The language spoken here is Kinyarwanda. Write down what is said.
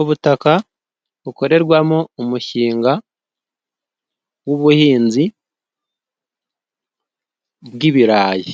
Ubutaka bukorerwamo umushinga w'ubuhinzi bw'ibirayi,